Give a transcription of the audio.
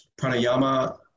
Pranayama